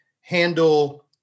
handle